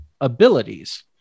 abilities